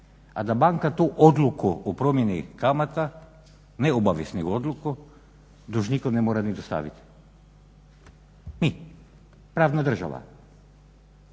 a da banka tu odluku o promjeni kamata ne obavijest nego odluku dužniku ne mora ni dostaviti? Mi, pravna država.